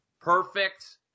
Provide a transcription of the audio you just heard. Perfect